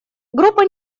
группа